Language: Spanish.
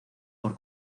por